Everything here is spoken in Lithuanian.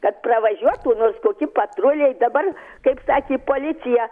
kad pravažiuotų nors koki patruliai dabar kaip sakė policija